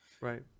Right